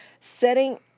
setting